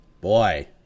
boy